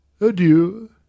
Adieu